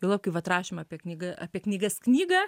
jokių vat rašymų apie knygą apie knygas knygą